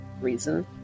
Reason